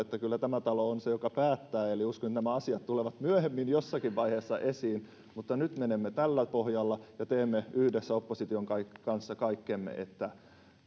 että kyllä tämä talo on se joka päättää eli uskon että nämä asiat tulevat myöhemmin jossakin vaiheessa esiin mutta nyt menemme tällä pohjalla ja teemme yhdessä opposition kanssa kaikkemme että